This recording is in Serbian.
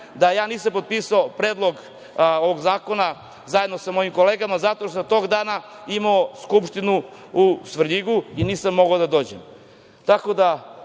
da ja nisam potpisao Predlog ovog zakona, zajedno sa mojim kolegama, zato što sam tog dana imao skupštinu u Svrljigu i nisam mogao da dođem. Drage